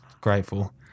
grateful